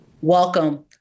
welcome